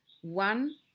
one